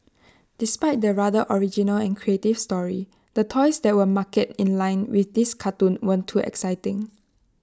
despite the rather original and creative story the toys that were marketed in line with this cartoon weren't too exciting